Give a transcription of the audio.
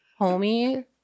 homie